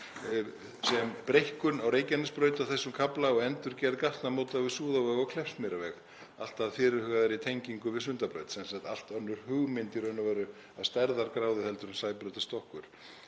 sem breikkun á Reykjanesbraut á þessum kafla og endurgerð gatnamóta við Súðavog og Kleppsmýrarveg allt að fyrirhugaðri tengingu við Sundabraut, sem sagt allt önnur hugmynd í raun og veru að stærðargráðu heldur en Sæbrautarstokkur.